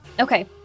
Okay